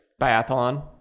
biathlon